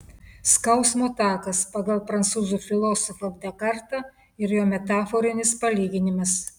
skausmo takas pagal prancūzų filosofą dekartą ir jo metaforinis palyginimas